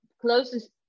closest